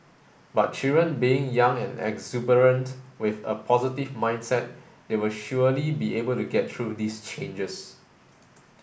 but children being young and exuberant with a positive mindset they will surely be able to get through these changes